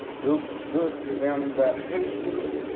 do good to them that hate you,